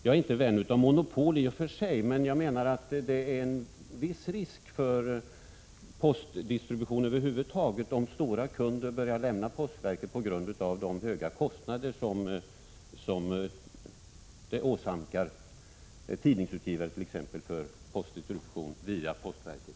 Jag är inte vän av monopol i och för sig, men jag menar att det föreligger en viss risk för postdistributionen över huvud taget om stora kunder börjar lämna postverket på grund av de höga kostnader som t.ex. tidningsutgivare åsamkas för distribution via postverket.